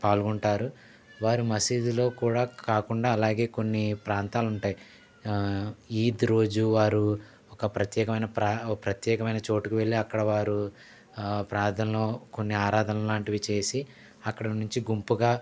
పాల్గొంటారు వారు మసీదులో కూడా కాకుండా అలాగే కొన్ని ప్రాంతాలుంటాయ్ ఈద్ రోజు వారు ఒక ప్రత్యేకమైన ప్ర ఓ ప్రత్యేకమైన చోటుకు వెళ్ళి అక్కడ వారు ప్రార్థన్లు కొన్ని ఆరాధన లాంటివి చేసి అక్కడ నుంచి గుంపుగా